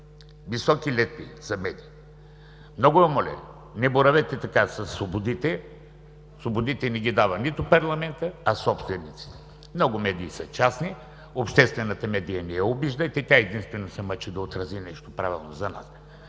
високи летви за мене! Много Ви моля, не боравете така със свободите! Свободите не ги дава парламентът, а собствениците. Много медий са частни, обществената медия не я обиждайте, тя единствена се мъчи да отрази нещо правилно за нас.